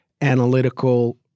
analytical